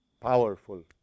powerful